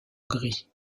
gris